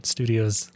Studios